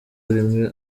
rimwe